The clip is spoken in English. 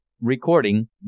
recording